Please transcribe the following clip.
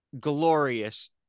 glorious